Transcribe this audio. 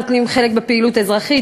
נוטלים חלק בפעילות אזרחית,